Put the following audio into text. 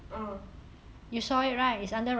eh